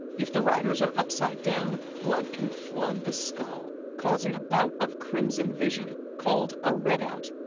if the riders are upside down, blood can flood the skull, causing a bout of crimson vision called a redout.